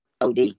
OD